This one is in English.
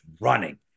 running